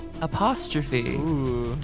apostrophe